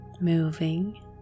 moving